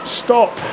stop